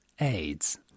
AIDS